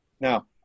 Now